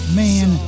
man